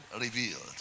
revealed